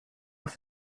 with